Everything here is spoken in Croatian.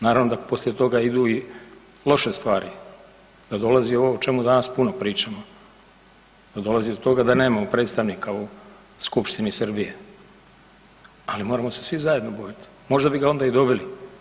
Naravno da poslije toga idu i loše stvari, da dolazi ovo o čemu danas puno pričamo, da dolazi do toga da nemamo predstavnika u Skupštini Srbije, ali moramo se svi zajedno dobiti, možda bi ga onda i dobili.